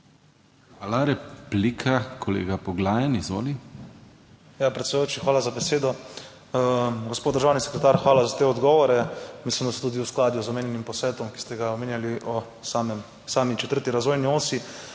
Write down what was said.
Hvala. Replika, kolega Poglajen, izvoli. ANDREJ POGLAJEN (PS SDS): Ja, predsedujoči, hvala za besedo. Gospod državni sekretar, hvala za te odgovore. Mislim, da se tudi v skladu z omenjenim posvetom, ki ste ga omenjali, o samem, sami četrti razvojni osi.